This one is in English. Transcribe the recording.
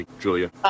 Julia